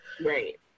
Right